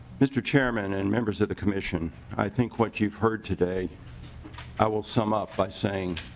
mr. chairman and members of the commission i think what you've heard today i will sum up saying